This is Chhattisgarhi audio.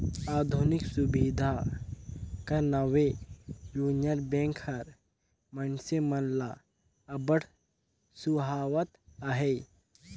आधुनिक सुबिधा कर नावें युनियन बेंक हर मइनसे मन ल अब्बड़ सुहावत अहे